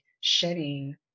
shedding